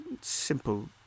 simple